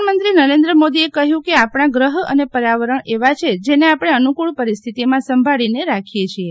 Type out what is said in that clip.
પ્રધાનમંત્રી નરેન્દ્ર મોદીએ કહ્યું કે આપણા ગ્રહ અને પર્યાવરણ એવા છે જેને આપણે અનુકુળ પરિસ્થિતિમાં સંભાળીને રાખીએ છીએ